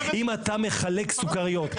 אם אתה מחלק סוכריות,